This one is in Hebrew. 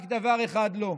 רק דבר אחד לא: